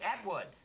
Atwood